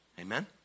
Amen